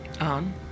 On